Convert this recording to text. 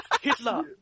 Hitler